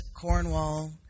Cornwall